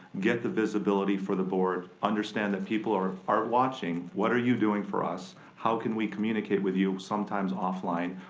get the visibility for the board, understand that people are are watching. what are you doing for us? how can we communicate with you sometimes offline?